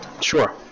sure